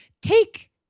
Take